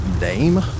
name